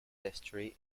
history